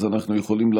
אז אנחנו יכולים,